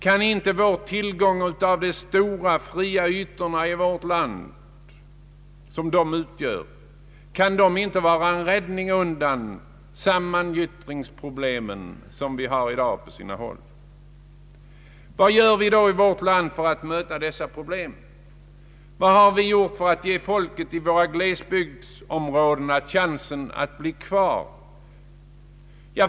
Kan inte vår stora tillgång till fria ytor vara en räddning undan de sammangyttringsproblem som uppstått på sina håll? Vad gör vi då i vårt land för att möta dessa problem? Vad har vi gjort för att ge folket i glesbygdsområdena chansen att bli kvar?